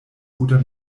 guter